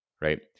right